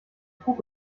fug